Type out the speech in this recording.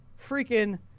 freaking